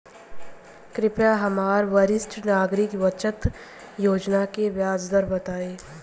कृपया हमरा वरिष्ठ नागरिक बचत योजना के ब्याज दर बताई